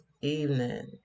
evening